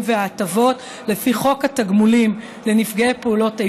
וההטבות לפי חוק התגמולים לנפגעי פעולות איבה,